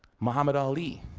muhammad ali,